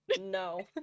No